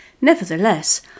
Nevertheless